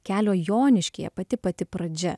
kelio joniškyje pati pati pradžia